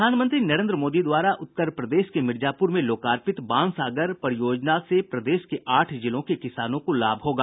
प्रधानमंत्री नरेन्द्र मोदी द्वारा उत्तर प्रदेश के मिर्जापुर में लोकार्पित बाणसागर परियोजना से प्रदेश के आठ जिलों के किसानों को लाभ होगा